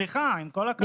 סליחה, עם כל הכבוד.